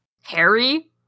Harry